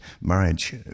marriage